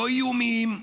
לא איומים,